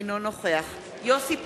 אינו נוכח יוסי פלד,